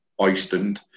oystered